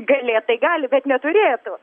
galėt tai gali bet neturėtų